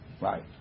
Right